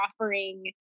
offering